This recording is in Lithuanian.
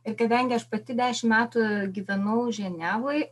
ir kadangi aš pati dešimt metų gyvenau ženevoj